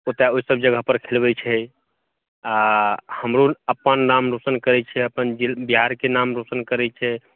ओतऽओसभ जगह पर खेलबैत छै आ हमरो अपन नाम रौशन करैत छै अपन जि बिहारके नाम रौशन करैत छै